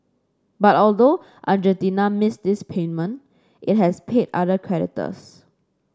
but although Argentina missed this payment it has paid other creditors